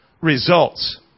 results